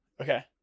Okay